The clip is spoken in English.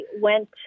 went